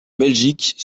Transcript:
belgique